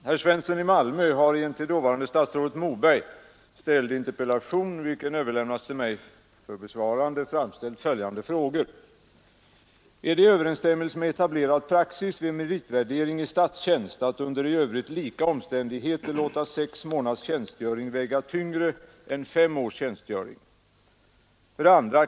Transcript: Herr talman! Herr Svensson i Malmö har i en till dåvarande statsrådet Moberg ställd interpellation, vilken överlämnats till mig för besvarande, framställt följande frågor. 1. Är det i överensstämmelse med etablerad praxis vid meritvärdering i statstjänst att under i övrigt lika omständigheter låta sex månaders tjänstgöring väga tyngre än fem års tjänstgöring? 2.